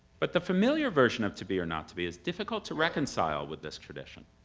but the familiar version of to be or not to be is difficult to reconcile with this tradition.